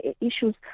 issues